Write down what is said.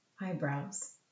eyebrows